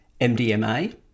MDMA